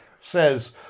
says